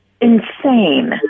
insane